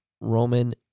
Roman